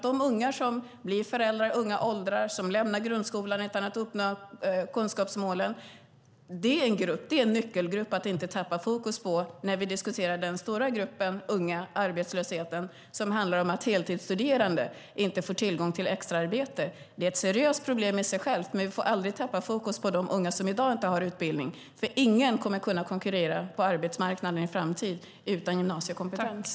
De unga som blir föräldrar och unga som lämnar grundskolan utan att ha uppnått kunskapsmålen är en nyckelgrupp att inte tappa fokus på när vi diskuterar arbetslösheten för den stora gruppen unga som handlar om att heltidsstuderande inte får tillgång till extraarbete. Det är ett seriöst problem i sig, men vi får aldrig tappa fokus på de unga som i dag inte har utbildning, därför att ingen kommer i framtiden att kunna konkurrera på arbetsmarknaden utan en gymnasiekompetens.